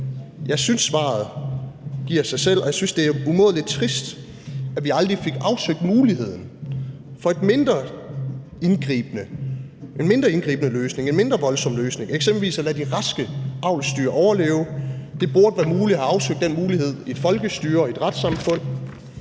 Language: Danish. Jeg synes, svaret giver sig selv, og jeg synes, det er umådelig trist, at vi aldrig fik afsøgt muligheden for en mindre indgribende løsning, en mindre voldsom løsning, eksempelvis at lade de raske avlsdyr overleve. Det burde være muligt at have afsøgt den mulighed i et folkestyre, i et retssamfund.